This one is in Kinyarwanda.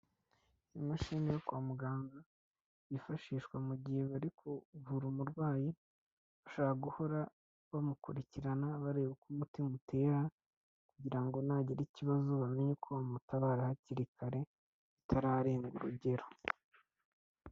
Imashini yo kwa muganga yifashishwa mu gihe bari kuvura umurwayi bashobora guhora bamukurikirana bareba uko umutima utera kugira ngo nagire ikibazo bamenye uko bamutabara hakiri kare bitararenga urugero.